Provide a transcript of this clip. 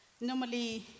Normally